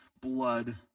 blood